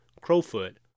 Crowfoot